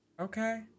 Okay